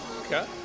Okay